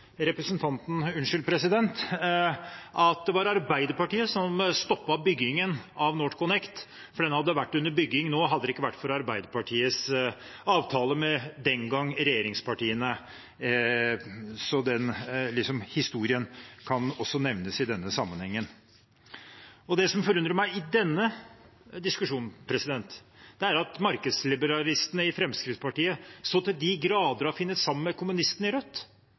at det var Arbeiderpartiet som stoppet byggingen av NorthConnect. Den hadde vært under bygging nå, hadde det ikke vært for Arbeiderpartiets avtale med det som den gang var regjeringspartiene. Den historien kan også nevnes i denne sammenhengen. Det som forundrer meg i denne diskusjonen, er at markedsliberalistene i Fremskrittspartiet så til de grader har funnet sammen med kommunistene i Rødt.